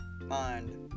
mind